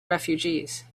refugees